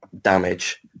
damage